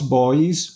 boys